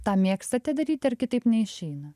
tą mėgstate daryti ar kitaip neišeina